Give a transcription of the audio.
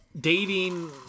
dating